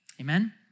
Amen